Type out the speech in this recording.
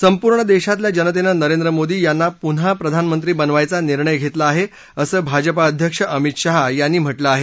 संपूर्ण देशातल्या जनतेनं नरेंद्र मोदी यांना पुन्हा प्रधानमंत्री बनवायचा निर्णय घेतला आहे असं भाजपा अध्यक्ष अमित शाह यांनी म्हटलं आहे